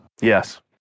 Yes